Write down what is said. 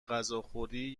غذاخوری